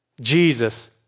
Jesus